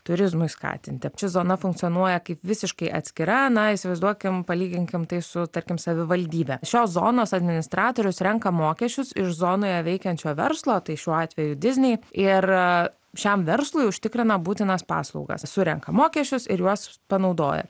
turizmui skatinti ši zona funkcionuoja kaip visiškai atskira na įsivaizduokim palyginkim tai su tarkim savivaldybe šios zonos administratorius renka mokesčius iš zonoje veikiančio verslo tai šiuo atveju diznei ir šiam verslui užtikrina būtinas paslaugas surenka mokesčius ir juos panaudoja